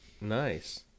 Nice